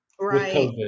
right